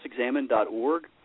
crossexamine.org